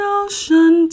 ocean